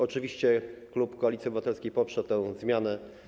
Oczywiście klub Koalicji Obywatelskiej poprze tę zmianę.